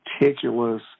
meticulous